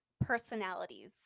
personalities